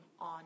on